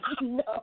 No